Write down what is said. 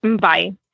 Bye